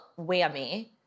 whammy